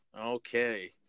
Okay